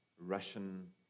Russian